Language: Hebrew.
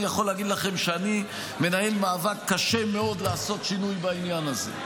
אני יכול להגיד לכם שאני מנהל מאבק קשה מאוד לעשות שינוי בעניין הזה.